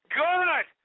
good